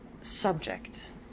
subject